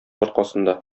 аркасында